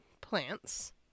plants